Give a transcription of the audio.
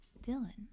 Dylan